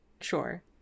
Sure